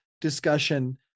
discussion